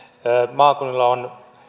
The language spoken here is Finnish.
maakunnilla on